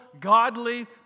godly